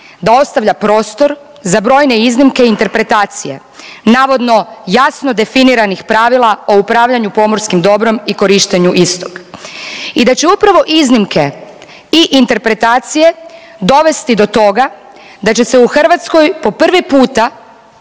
da ostavlja prostor za brojne iznimke i interpretacije navodno jasno definiranih pravila o upravljanju pomorskim dobrom i korištenju istog i da će upravo iznimke i interpretacije dovesti do toga da će se u Hrvatskoj po prvi puta